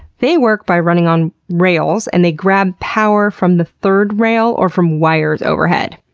they work by running on rails and they grab power from the third rail or from wires overhead.